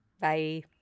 bye